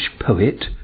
poet